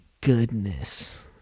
goodness